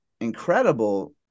incredible